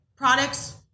Products